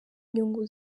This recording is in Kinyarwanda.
nyungu